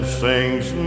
sings